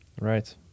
Right